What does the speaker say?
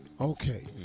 Okay